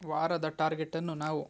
ವಾರದ ಟಾರ್ಗೆಟನ್ನು ನಾವು